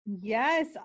Yes